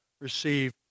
receive